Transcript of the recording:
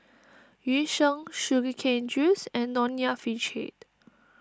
Yu Sheng Sugar Cane Juice and Nonya Fish Head